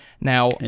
Now